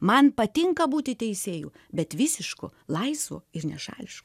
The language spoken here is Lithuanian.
man patinka būti teisėju bet visišku laisvu ir nešališku